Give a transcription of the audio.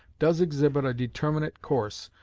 does exhibit a determinate course,